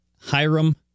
Hiram